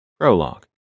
Prologue